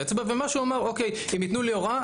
מבצעי ואני אשתכנע שאין בזה צורך מבצעי,